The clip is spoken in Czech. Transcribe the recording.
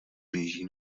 běží